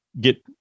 get